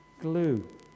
glue